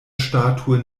statue